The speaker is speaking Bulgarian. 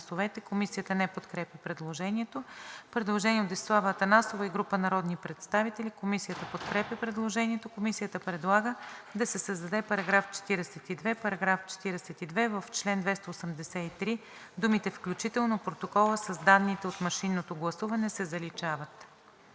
Комисията не подкрепя предложението. Предложение от Десислава Атанасова и група народни представители. Комисията подкрепя предложението. Комисията предлага да се създаде § 42: „§ 42. В чл. 283 думите „включително протокола с данните от машинното гласуване“ се заличават.“